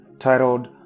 titled